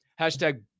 hashtag